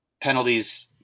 penalties